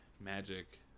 Magic